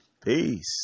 peace